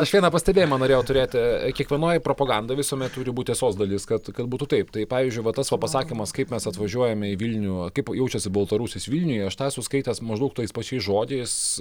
aš vieną pastebėjimą norėjau turėti kiekvienoj propagandoj visuomet turi būt tiesos dalis kad kad būtų taip tai pavyzdžiui va tas to pasakymas kaip mes atvažiuojame į vilnių kaip jaučiasi baltarusis vilniuje aš tą esu skaitęs maždaug tais pačiais žodžiais